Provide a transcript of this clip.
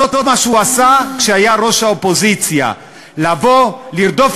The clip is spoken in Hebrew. שאני מסרב לייצר משוואה בין אויב בשעת מלחמה